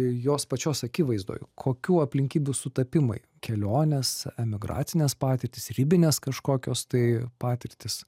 jos pačios akivaizdoj kokių aplinkybių sutapimai kelionės emigracinės patirtys ribinės kažkokios tai patirtys